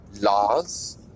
laws